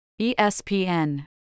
ESPN